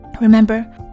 Remember